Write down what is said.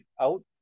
out